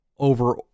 over